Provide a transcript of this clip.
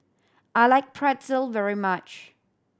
I like Pretzel very much